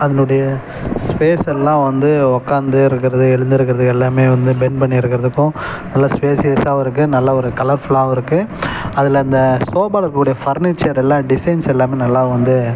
அதனுடைய ஸ்பேஸெல்லாம் வந்து உக்காந்தே இருக்கிறது எழுந்திருக்கிறதுக்கு எல்லாம் வந்து பெண்ட் பண்ணி இருக்கிறதுக்கும் நல்லா ஸ்பேஸியஸாகவும் இருக்கு நல்லா ஒரு கலர்ஃபுல்லாகவும் இருக்கு அதில் இந்த சோபாவில் இருக்கக்கூடிய ஃபர்னீச்சர் எல்லாம் டிசைன்ஸ் எல்லாம் நல்லாவும் வந்து